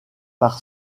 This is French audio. par